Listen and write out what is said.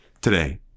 today